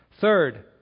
Third